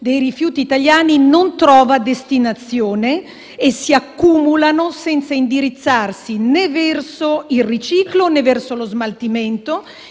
dei rifiuti italiani non trova destinazione e si accumula senza indirizzarsi né verso il riciclo, né verso lo smaltimento